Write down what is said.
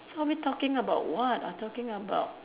so are we talking about what are talking about